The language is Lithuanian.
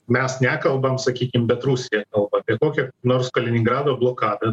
mes nekalbam sakykim bet rusija kalba apie kokią nors kaliningrado blokadą